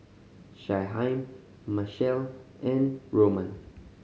Shyheim Machelle and Roman